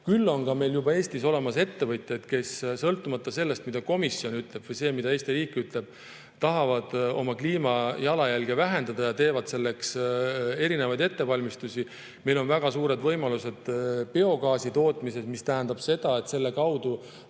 Küll on ka meil Eestis juba olemas ettevõtjaid, kes sõltumata sellest, mida komisjon ütleb, või sellest, mida Eesti riik ütleb, tahavad oma kliimajalajälge vähendada ja teevad selleks erinevat ettevalmistust. Meil on väga suured võimalused biogaasi tootmises, mis tähendab, et selle kaudu